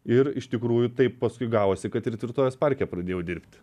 ir iš tikrųjų taip paskui gavosi kad ir tvirtovės parke pradėjau dirbt